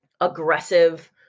aggressive